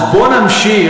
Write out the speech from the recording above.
אז בוא נמשיך,